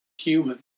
Human